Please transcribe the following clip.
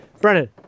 Brennan